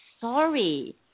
sorry